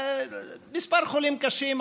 מספר חולים קשים,